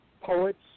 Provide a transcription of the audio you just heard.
Poets